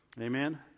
Amen